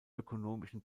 ökonomischen